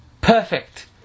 perfect